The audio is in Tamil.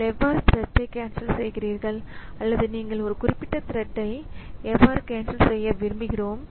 நீங்கள் எவ்வாறு த்ரெட்டை கேன்சல் செய்கிறீர்கள் அல்லது நீங்கள் ஒரு குறிப்பிட்ட த்ரெட்டை நாங்கள் கேன்சல் செய்ய விரும்புகிறோம்